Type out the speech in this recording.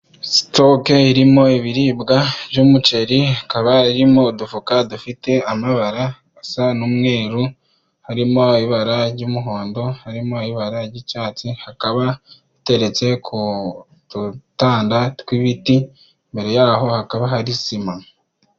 Sitoke irimo ibiribwa by'umuceri, ikaba arimo udufuka dufite amabara asa n'umweru, harimo ibara ry'umuhondo, harimo ibara ry'icyatsi, ikaba iteretse ku dutanda tw'ibiti, imbere yaho hakaba hari sima.